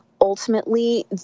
ultimately